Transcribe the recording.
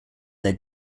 their